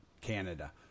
Canada